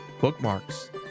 bookmarks